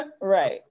Right